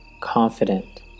confident